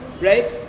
right